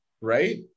right